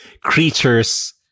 creatures